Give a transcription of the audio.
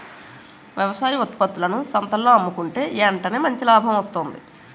వ్యవసాయ ఉత్త్పత్తులను సంతల్లో అమ్ముకుంటే ఎంటనే మంచి లాభం వస్తాది